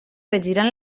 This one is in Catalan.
regiran